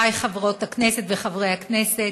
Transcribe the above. חברותי חברות הכנסת וחברי חברי הכנסת,